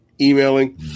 emailing